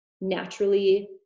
naturally